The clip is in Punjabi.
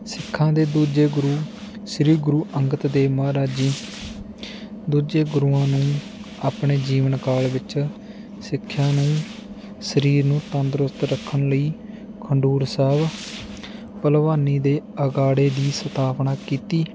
ਸਿੱਖਾਂ ਦੇ ਦੂਜੇ ਗੁਰੂ ਸ੍ਰੀ ਗੁਰੂ ਅੰਗਦ ਦੇਵ ਮਹਾਰਾਜ ਜੀ ਦੂਜੇ ਗੁਰੂਆਂ ਨੂੰ ਆਪਣੇ ਜੀਵਨ ਕਾਲ ਵਿੱਚ ਸਿੱਖਿਆ ਨੂੰ ਸਰੀਰ ਨੂੰ ਤੰਦਰੁਸਤ ਰੱਖਣ ਲਈ ਖਡੂਰ ਸਾਹਿਬ ਭਲਵਾਨੀ ਦੇ ਅਖਾੜੇ ਦੀ ਸਥਾਪਨਾ ਕੀਤੀ